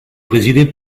présidée